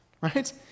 right